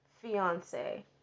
fiance